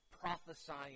prophesying